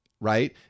right